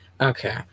Okay